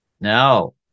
No